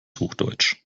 hochdeutsch